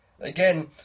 Again